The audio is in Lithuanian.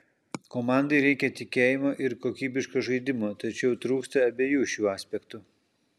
komandai reikia tikėjimo ir kokybiško žaidimo tačiau trūksta abiejų šių aspektų